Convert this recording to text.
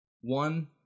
one